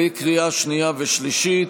בקריאה שנייה ושלישית.